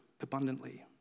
abundantly